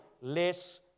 less